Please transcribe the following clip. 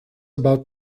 about